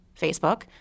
Facebook